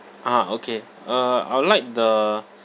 ah okay uh I would like the